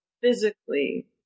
physically